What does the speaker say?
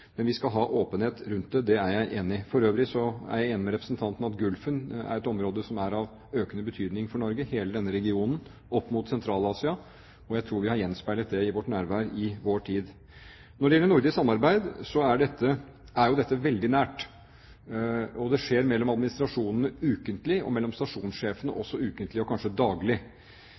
Men vi skal ha åpenhet rundt det, det er jeg enig i. For øvrig er jeg enig med representanten i at Gulfen er et område som er av økende betydning for Norge – hele denne regionen, opp mot Sentral-Asia – og jeg tror vi har gjenspeilet det i vårt nærvær i vår tid. Når det gjelder nordisk samarbeid, er dette veldig nært. Det skjer mellom administrasjonene ukentlig, også mellom stasjonssjefene ukentlig og kanskje daglig